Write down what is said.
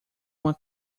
uma